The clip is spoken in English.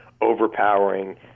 overpowering